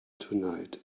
tonight